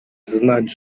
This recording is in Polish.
znać